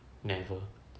never